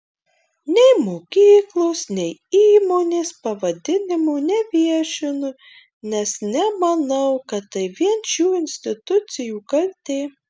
nei mokyklos nei įmonės pavadinimo neviešinu nes nemanau kad tai vien šių institucijų kaltė